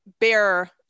bear